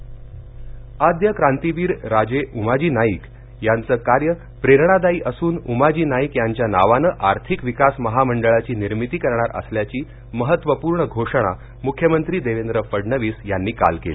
उमाजी नाईक आद्य क्रांतीवीर राजे उमाजी नाईक यांचं कार्य प्रेरणादायी असून उमाजी नाईक यांच्या नावानं आर्थिक विकास महामंडळाची निर्मिती करणार असल्याची महत्त्वपूर्ण घोषणा मुख्यमंत्री देवेंद्र फडणवीस यांनी काल केली